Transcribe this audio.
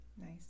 nice